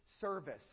service